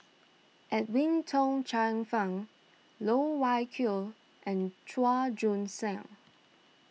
Edwin Tong Chun Fai Loh Wai Kiew and Chua Joon Siang